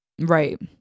Right